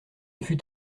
fut